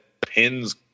pins